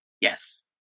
Yes